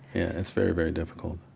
it's very, very difficult